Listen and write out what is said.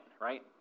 right